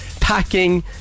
Packing